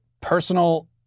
personal